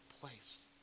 place